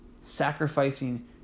sacrificing